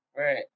Right